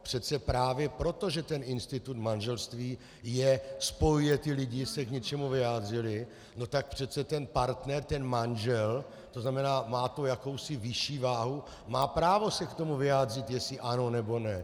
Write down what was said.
Přece právě proto, že ten institut manželství je spojuje, ti lidé se k něčemu vyjádřili, tak přece ten partner, ten manžel, to znamená, má to jakousi vyšší váhu, má právo se k tomu vyjádřit, jestli ano, nebo ne.